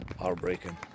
heartbreaking